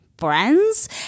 Friends